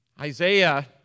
Isaiah